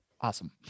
Awesome